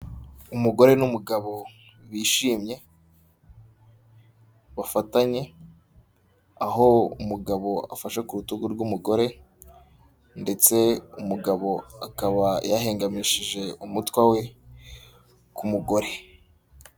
Umugore n'umugabo bishimye bafatanye aho umugabo afashe ku rutugu rw'umugore ndetse umugabo akaba yahengamishije umutwe we ku mugore.